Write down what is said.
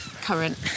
current